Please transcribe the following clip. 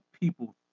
people